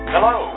Hello